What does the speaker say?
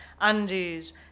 Andes